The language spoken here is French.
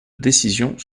décisions